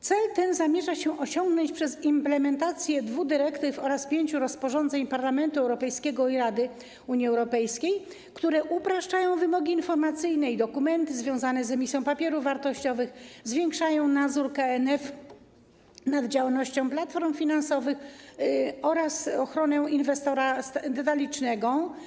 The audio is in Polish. Cel ten zamierza się osiągnąć przez implementację dwóch dyrektyw oraz pięciu rozporządzeń Parlamentu Europejskiego i Rady Unii Europejskiej, które upraszczają wymogi informacyjne i dokumenty związane z emisją papierów wartościowych, zwiększają nadzór KNF nad działalnością platform finansowych oraz ochronę inwestora detalicznego.